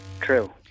True